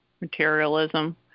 materialism